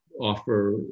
offer